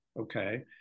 okay